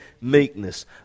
meekness